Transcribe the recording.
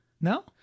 No